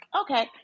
okay